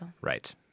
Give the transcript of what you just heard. Right